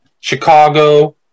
Chicago